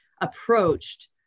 approached